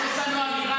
די.